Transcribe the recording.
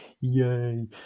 yay